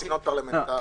סגנון פרלמנטרי.